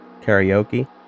karaoke